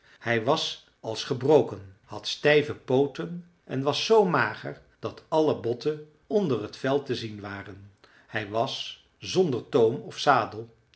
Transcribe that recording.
hij was als gebroken had stijve pooten en was zoo mager dat alle botten onder het vel te zien waren hij was zonder toom of zadel